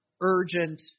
urgent